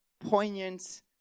poignant